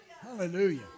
Hallelujah